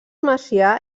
macià